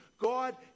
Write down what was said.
God